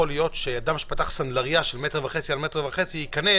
שלא יכול להיות שאדם שפתח סנדלריה של 1.5 מטר על 1.5 מטר ייכנס,